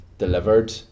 delivered